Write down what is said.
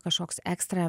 kažkoks ekstra